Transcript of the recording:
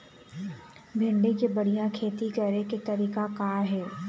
भिंडी के बढ़िया खेती करे के तरीका का हे?